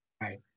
Right